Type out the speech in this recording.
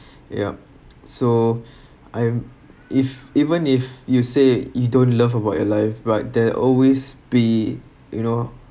yup so I'm if even if you say you don't love about your life but there always be you know